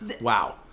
Wow